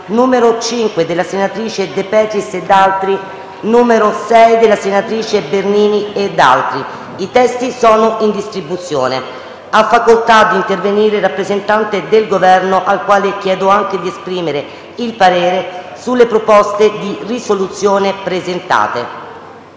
n. 5, dalla senatrice De Petris e da altri senatori, e n. 6, dalla senatrice Bernini e da altri senatori. I testi sono in distribuzione. Ha facoltà di intervenire il rappresentante del Governo, al quale chiedo anche di esprimere il parere sulle proposte di risoluzione presentate.